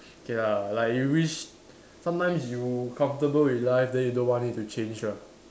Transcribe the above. okay lah like you wish sometimes you comfortable with life then you don't want it to change ah